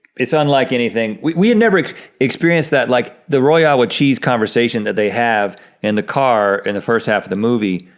it's unlike anything, we had never experienced that like, the royale with cheese conversation that they have in the car in the first half of the movie,